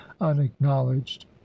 unacknowledged